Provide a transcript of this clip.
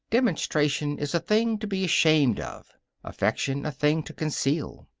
demonstration is a thing to be ashamed of affection a thing to conceal.